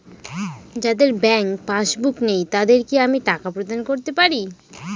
যাদের bank passbook নেই তাদের কি আমি টাকা প্রদান করতে পারি?